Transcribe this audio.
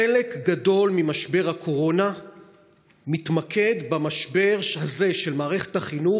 חלק גדול ממשבר הקורונה מתמקד במשבר הזה של מערכת החינוך,